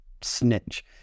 snitch